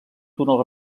túnel